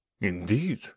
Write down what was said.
Indeed